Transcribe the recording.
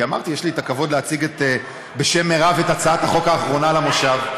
כי אמרתי שיש לי את הכבוד להציג בשם מירב את הצעת החוק האחרונה למושב,